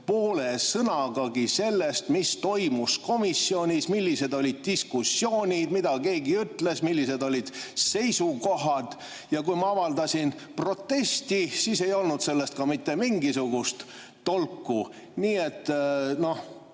poole sõnagagi sellest, mis toimus komisjonis, millised olid diskussioonid, mida keegi ütles, millised olid seisukohad. Ja kui ma avaldasin protesti, siis ei olnud sellest ka mitte mingisugust tolku. Nii et